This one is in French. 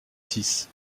six